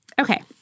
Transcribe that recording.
Okay